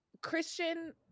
Christian